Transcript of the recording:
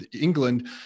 England